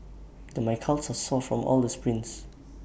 then my calves are sore from all the sprints